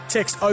Text